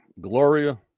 Gloria